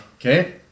Okay